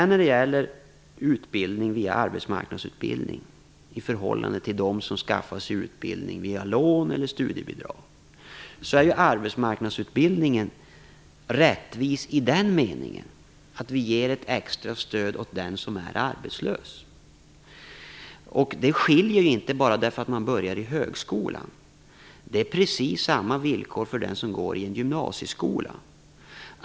När det gäller utbildning via arbetsmarknadsutbildning i förhållande till dem som skaffar sig utbildning via lån eller studiebidrag vill jag säga att arbetsmarknadsutbildningen är rättvis i den meningen att vi ger ett extra stöd åt den som är arbetslös. Det skiljer ju inte bara för att man börjar i högskolan. Det är precis samma villkor för den som går i en gymnasieskola.